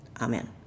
amen